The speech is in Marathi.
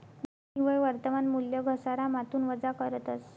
निव्वय वर्तमान मूल्य घसारामाथून वजा करतस